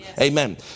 Amen